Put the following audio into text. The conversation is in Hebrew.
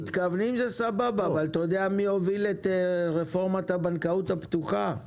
מתכוונים זה סבבה אבל אתה יודע מי הוביל את רפורמת הבנקאות הפתוחה?